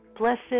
Blessed